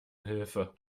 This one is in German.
hilfe